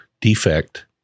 defect